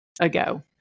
ago